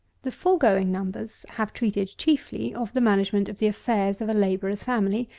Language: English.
the foregoing numbers have treated, chiefly, of the management of the affairs of a labourer's family,